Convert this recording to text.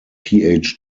phd